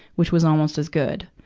which was almost as good.